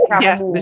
Yes